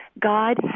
God